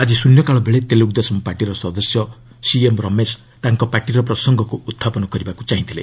ଆଜି ଶୃନ୍ୟକାଳବେଳେ ତେଲୁଗୁ ଦେଶମ୍ ପାର୍ଟିର ସଦସ୍ୟ ସିଏମ୍ ରମେଶ ତାଙ୍କ ପାର୍ଟିର ପ୍ରସଙ୍ଗକୁ ଉଦ୍ଥାପନ କରିବାକୁ ଚାହିଁଥିଲେ